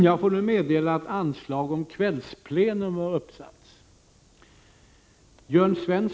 Jag får nu meddela att anslag om kvällsplenum har uppsatts.